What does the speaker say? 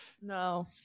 No